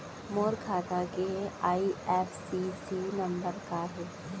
मोर खाता के IFSC number का हे?